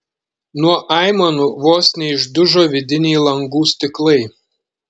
nuo aimanų vos neišdužo vidiniai langų stiklai